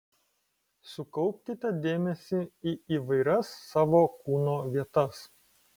sukaupkite dėmesį į įvairias savo kūno vietas